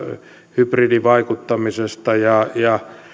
hybridivaikuttamisesta ja ja